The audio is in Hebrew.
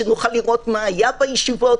שנוכל לראות מה היה בישיבות.